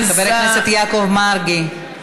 חבר הכנסת יעקב מרגי.